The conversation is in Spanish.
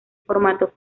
formato